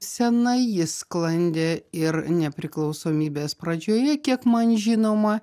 senai ji sklandė ir nepriklausomybės pradžioje kiek man žinoma